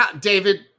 David